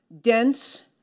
dense